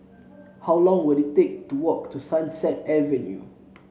how long will it take to walk to Sunset Avenue